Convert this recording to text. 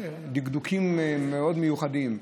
דקדוקים מאוד מיוחדים,